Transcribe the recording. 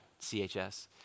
CHS